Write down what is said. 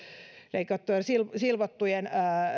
ympärileikattujen ja silvottujen